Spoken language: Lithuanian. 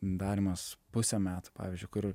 darymas pusę metų pavyzdžiui kur